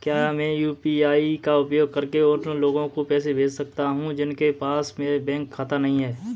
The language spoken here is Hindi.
क्या मैं यू.पी.आई का उपयोग करके उन लोगों को पैसे भेज सकता हूँ जिनके पास बैंक खाता नहीं है?